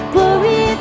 Glory